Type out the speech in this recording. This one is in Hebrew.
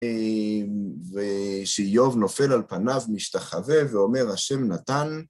ושאיוב נופל על פניו מתשחווה ואומר: השם נתן